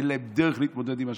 אין להם דרך להתמודד עם השטח.